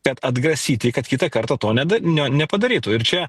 kad atgrasyti kad kitą kartą to neda ne nepadarytų ir čia